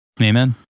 Amen